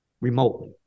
remotely